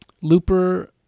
Looper